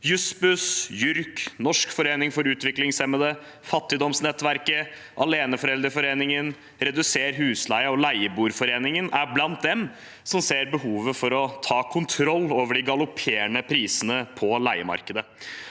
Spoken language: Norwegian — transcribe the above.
Jussbuss, JURK, Norsk Forbund for Utviklingshemmede, Fattignettverket Norge, Aleneforeldreforeningen, Reduser husleia og Leieboerforeningen er blant dem som ser behovet for å ta kontroll over de galopperende prisene på leiemarkedet.